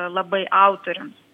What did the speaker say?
labai autoriams